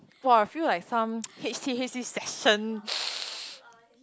!wah! feel like some H_T_H_T session